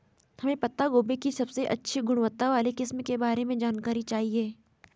हमें पत्ता गोभी की सबसे अच्छी गुणवत्ता वाली किस्म के बारे में जानकारी चाहिए?